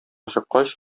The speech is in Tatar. чыккач